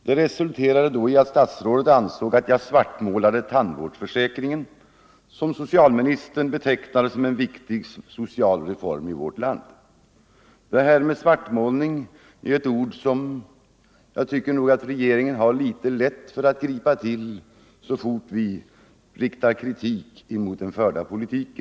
Det re Nr 126 sulterade i att statsrådet ansåg att jag svartmålade tandvårdsförsäkringen, Torsdagen den som socialministern betecknade som en viktig social reform i vårt land. 21 november 1974 Svartmålning är ett ord som jag tycker att regeringen har litet lätt = för att gripa till så fort vi riktar kritik mot den förda politiken.